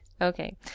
Okay